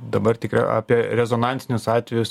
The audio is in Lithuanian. dabar tikrai apie rezonansinius atvejus